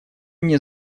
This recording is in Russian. мне